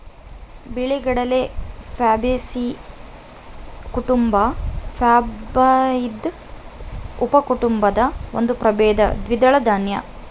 ಬಿಳಿಗಡಲೆ ಪ್ಯಾಬೇಸಿಯೀ ಕುಟುಂಬ ಪ್ಯಾಬಾಯ್ದಿಯಿ ಉಪಕುಟುಂಬದ ಒಂದು ಪ್ರಭೇದ ದ್ವಿದಳ ದಾನ್ಯ